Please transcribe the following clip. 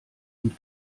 und